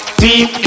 deep